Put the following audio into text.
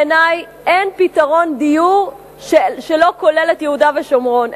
בעיני אין פתרון דיור שלא כולל את יהודה ושומרון,